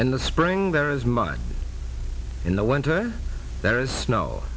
in the spring there is much in the winter there is snow